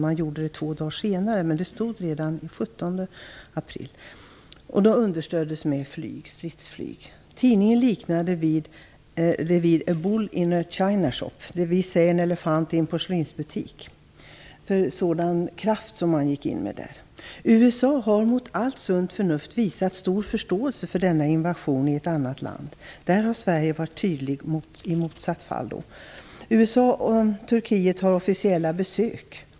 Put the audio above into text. Det gjordes två dager senare, men det stod om det redan den 17 april i tidningen. Detta understöddes med stridsflyg. Tidningen liknar detta vid "a bull in a chinashop", eller som vi säger en elefant i en porslinsbutik. Det var med sådan kraft man gick in där. USA har mot allt sunt förnuft visat stor förståelse för denna invasion i ett annat land. Där har Sverige varit tydligt åt motsatt håll. USA och Turkiet har bytt officiella besök.